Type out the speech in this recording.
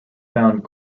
found